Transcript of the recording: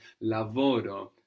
Lavoro